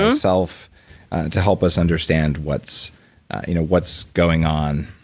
on myself to help us understand what's you know what's going on,